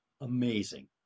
amazing